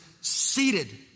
seated